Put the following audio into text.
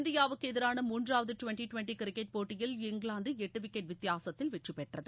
இந்தியாவுக்கு எதிரான மூன்றாவது டிவெண்டி டுவெண்டி கிரிக்கெட் போட்டியில் இங்கிலாந்து எட்டு விக்கெட் வித்தியாசத்தில் வெற்றி பெற்றது